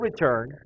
return